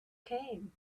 came